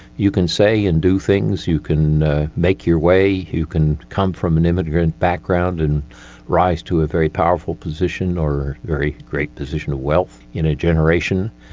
you can say and do things, you can make your way, you can come from an immigrant background and rise to a very powerful position or a very great position of wealth in a generation.